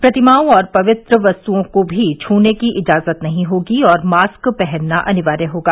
प्रतिमाओं और पवित्र पुस्तकों को भी छूने की इजाजत नहीं होगी और मास्क पहनना अनिवार्य होगा